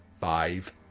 Five